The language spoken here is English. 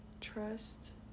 trust